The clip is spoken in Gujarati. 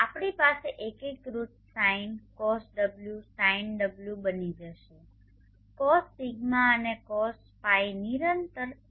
આપણી પાસે એકીકૃત sine cos ω sin ω બની જશે cos δ અને cos π નિરંતર છે